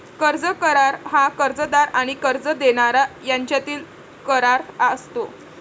कर्ज करार हा कर्जदार आणि कर्ज देणारा यांच्यातील करार असतो